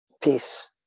peace